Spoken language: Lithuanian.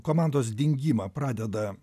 komandos dingimą pradeda